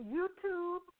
YouTube